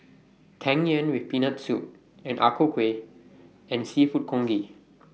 Tang Yuen with Peanut Soup Ang Ku Kueh and Seafood Congee